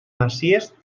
masies